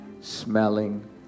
smelling